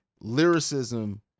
lyricism